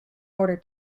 order